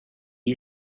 you